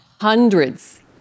hundreds